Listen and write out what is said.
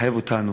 מחייב אותנו